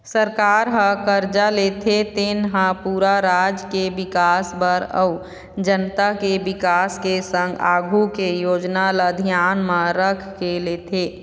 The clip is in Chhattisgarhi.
सरकार ह करजा लेथे तेन हा पूरा राज के बिकास बर अउ जनता के बिकास के संग आघु के योजना ल धियान म रखके लेथे